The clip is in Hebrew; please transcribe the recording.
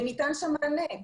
וניתן שם מענה,